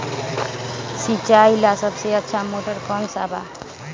सिंचाई ला सबसे अच्छा मोटर कौन बा?